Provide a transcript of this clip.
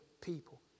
people